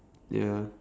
ya